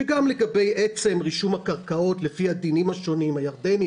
שגם לגבי עצם רישום הקרקעות לפי הדינים השונים הירדני,